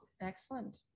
excellent